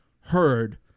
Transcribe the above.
heard